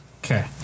Okay